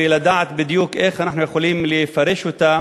ולדעת בדיוק איך אנחנו יכולים לפרש אותה